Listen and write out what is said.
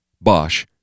Bosch